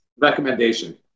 Recommendation